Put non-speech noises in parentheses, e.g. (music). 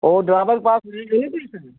और ड्राइवर के पास (unintelligible) है